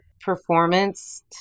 performance